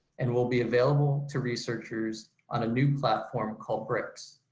and will be available to researchers on a new platform called brics.